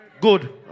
Good